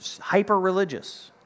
hyper-religious